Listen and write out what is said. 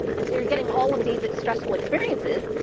and so you're getting all of these stressful experiences.